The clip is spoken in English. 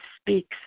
speaks